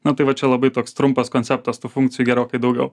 na tai va čia labai toks trumpas konceptas tų funkcijų gerokai daugiau